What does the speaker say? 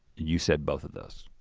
you said both of those.